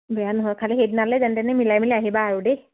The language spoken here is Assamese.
বেয়া নহয় খালি সেইদিনালে যেনে তেনে মিলাই মেলি আহিবা আৰু দেই